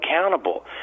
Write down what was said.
accountable